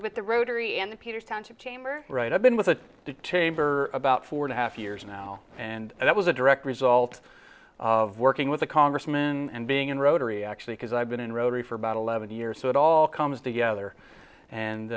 with the rotary and the peter township chamber right i've been with the tabor about four and a half years now and that was a direct result of working with a congressman and being in rotary actually because i've been in rotary for about eleven years so it all comes together and